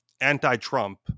anti-Trump